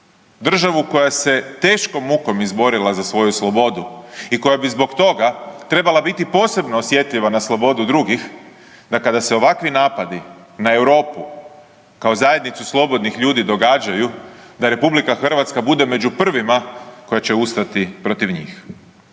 državu koja se teškom mukom izborila za svoju slobodu i koja bi zbog toga trebala biti posebno osjetljiva na slobodu drugih da kada se ovakvi napadi na Europu kao zajednicu slobodnih ljudi događaju da RH bude među prvima koja će ustati protiv njih.